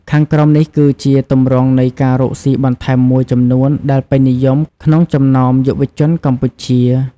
ខាងក្រោមនេះគឺជាទម្រង់នៃការរកស៊ីបន្ថែមមួយចំនួនដែលពេញនិយមក្នុងចំណោមយុវជនកម្ពុជា។